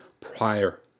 prior